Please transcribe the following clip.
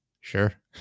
sure